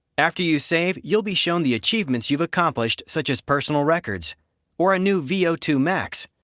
after you save, you'll be shown the achievements you accomplished such as personal records or a new v o two max,